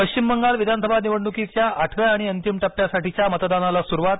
पश्चिम बंगाल विधानसभा निवडणुकीच्या आठव्या आणि अंतिम टप्प्यासाठीच्या मतदानाला सुरुवात